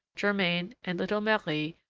germain, and little marie,